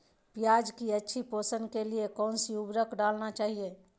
प्याज की अच्छी पोषण के लिए कौन सी उर्वरक डालना चाइए?